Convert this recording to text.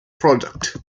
product